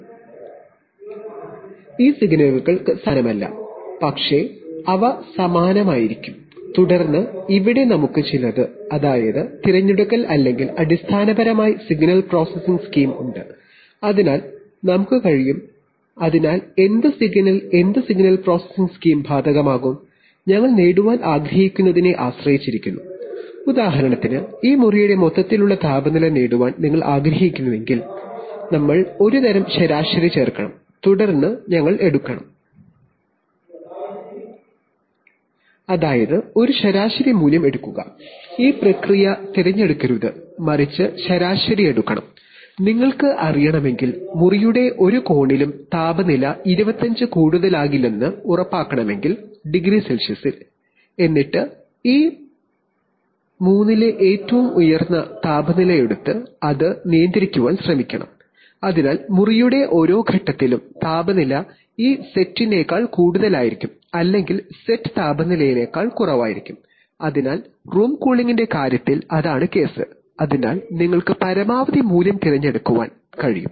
അതിനാൽ ഈ സിഗ്നലുകൾ സമാനമല്ല പക്ഷേ ഇവിടെ അടിസ്ഥാനപരമായി സിഗ്നൽ പ്രോസസ്സിംഗ് സ്കീം ഉണ്ട് എന്ത് സിഗ്നൽ പ്രോസസ്സിംഗ് സ്കീം ബാധകമാകും എന്നത് ഞങ്ങൾ നേടാൻ ആഗ്രഹിക്കുന്നതിനെ ആശ്രയിച്ചിരിക്കുന്നു അതിനാൽ ഉദാഹരണത്തിന് ഈ മുറിയുടെ മൊത്തത്തിലുള്ള താപനില നേടാൻ നിങ്ങൾ ആഗ്രഹിക്കുന്നുവെങ്കിൽ ഒരുതരം ശരാശരി നമ്മൾ ചേർക്കണം തുടർന്ന് നമ്മൾഎടുക്കണം അതായത് ഒരു ശരാശരി മൂല്യം എടുക്കുക ഈ പ്രക്രിയ തിരഞ്ഞെടുക്കരുത് മറിച്ച് ശരാശരി എടുക്കണം നിങ്ങൾക്ക് അറിയണമെങ്കിൽ മുറിയുടെ ഒരു കോണിലും താപനില 25 0C യിൽ കൂടുതലാകില്ലെന്ന് ഉറപ്പാക്കണമെങ്കിൽ എന്നിട്ട് ഈ മൂന്നിലെ ഏറ്റവും ഉയർന്ന താപനില എടുത്ത് അത് നിയന്ത്രിക്കാൻ ശ്രമിക്കണം അതിനാൽ മുറിയുടെ ഓരോ ഘട്ടത്തിലും താപനില ഈ സെറ്റിനേക്കാൾ കൂടുതലായിരിക്കും അല്ലെങ്കിൽ സെറ്റ് താപനിലയേക്കാൾ കുറവായിരിക്കും അതിനാൽ റൂം കൂളിംഗിന്റെ കാര്യത്തിൽ അതാണ് കേസ് അതിനാൽ നിങ്ങൾക്ക് പരമാവധി മൂല്യം തിരഞ്ഞെടുക്കാൻ കഴിയും